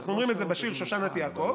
אנחנו אומרים את זה בשיר "שושנת יעקב"